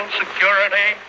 security